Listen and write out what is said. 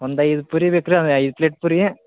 ಒಂದು ಐದು ಪೂರಿ ಬೇಕಲ ಒಂದು ಐದು ಪ್ಲೇಟ್ ಪೂರಿ